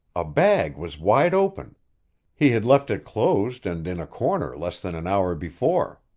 a bag was wide open he had left it closed and in a corner less than an hour before.